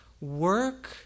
Work